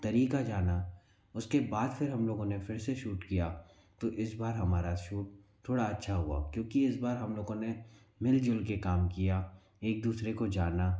तरीका जाना उसके बाद फिर हम लोगों ने फिर से शूट किया तो इस बार हमारा शूट थोड़ा अच्छा हुआ क्योंकि इस बार हम लोगों ने मिलजुल कर काम किया एक दूसरे को जाना